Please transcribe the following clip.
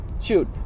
Shoot